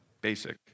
basic